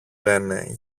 λένε